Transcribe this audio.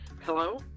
Hello